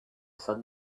sun